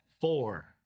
Four